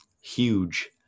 Huge